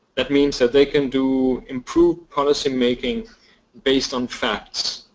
that means that they can do improved policy making based on facts.